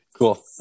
Cool